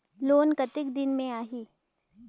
Loan कतेक दिन मे आही?